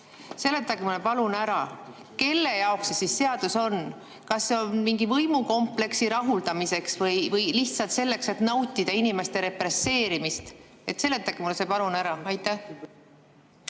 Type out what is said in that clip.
Seletage mulle palun ära, kelle jaoks see seadus on. Kas see on mingi võimukompleksi rahuldamiseks või lihtsalt selleks, et nautida inimeste represseerimist? Seletage mulle palun ära! Aitäh,